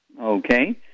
Okay